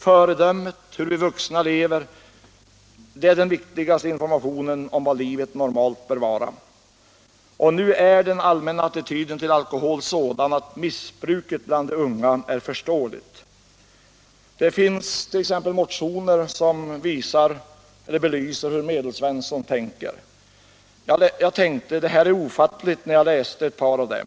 Före dömet, hur vi vuxna lever, är den viktigaste informationen om vad livet normalt bör vara. Och nu är den allmänna attityden till alkohol sådan att missbruket bland de unga är förståeligt. Det finns motioner som belyser hur Medelsvensson tänker. Det här är ofattligt, tänkte jag när jag läste ett par av dem.